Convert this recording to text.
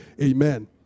Amen